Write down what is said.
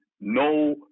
no